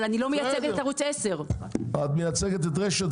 אבל אני לא מייצגת את ערוץ 10. את מייצגת את רשת,